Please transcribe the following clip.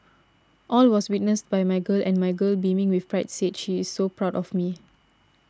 all was witnessed by my girl and my girl beaming with pride said she is so proud of me